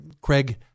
Craig